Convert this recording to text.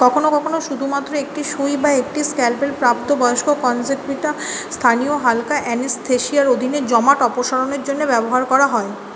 কখনও কখনও শুধুমাত্র একটি সুই বা একটি স্ক্যালপেল প্রাপ্তবয়স্ক কনজেকভিটা স্থানীয় হালকা অ্যানেস্থেশিয়ার অধীনে জমাট অপসারণের জন্যে ব্যবহার করা হয়